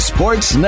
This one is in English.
Sports